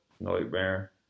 nightmare